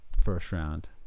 first-round